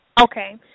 Okay